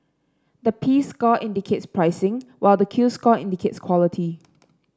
the P score indicates pricing while the Q score indicates quality